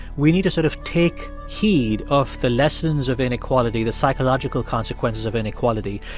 we need to sort of take heed of the lessons of inequality, the psychological consequences of inequality.